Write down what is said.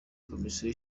komisiyo